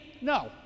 No